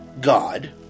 God